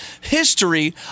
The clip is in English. history